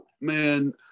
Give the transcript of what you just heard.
Man